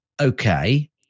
okay